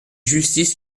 justice